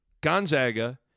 Gonzaga